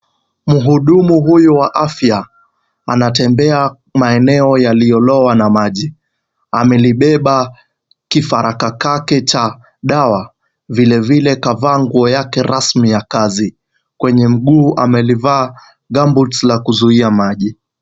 Muhudumu huyu wa afya anatembea maeneo yaliyolowa na maji, amelibeba kifaraka kake cha dawa vile vile kavaa nguo yake rasmi ya kazi, kwenye mguu amelivaa gumboots la kuzuia maji.